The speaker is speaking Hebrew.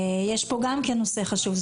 יש פה נושא חשוב,